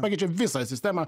pakeičia visą sistemą